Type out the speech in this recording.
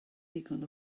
ddigon